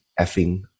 effing